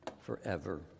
Forever